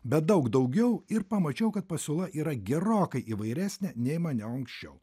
bet daug daugiau ir pamačiau kad pasiūla yra gerokai įvairesnė nei maniau anksčiau